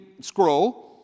scroll